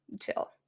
chill